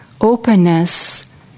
openness